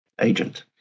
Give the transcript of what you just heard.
agent